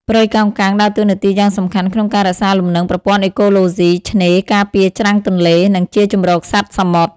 ព្រៃកោងកាងដើរតួនាទីយ៉ាងសំខាន់ក្នុងការរក្សាលំនឹងប្រព័ន្ធអេកូឡូស៊ីឆ្នេរ ការពារច្រាំងទន្លេ និងជាជម្រកសត្វសមុទ្រ។